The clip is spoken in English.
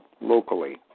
locally